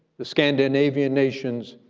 the scandinavian nations,